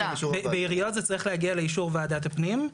בעיריות זה צריך להגיע לאישור ועדת הפנים.